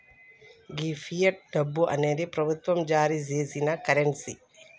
గీ fiat డబ్బు అనేది ప్రభుత్వం జారీ సేసిన కరెన్సీ